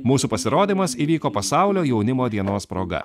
mūsų pasirodymas įvyko pasaulio jaunimo dienos proga